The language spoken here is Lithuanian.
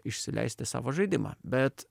išsileisti savo žaidimą bet